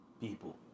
people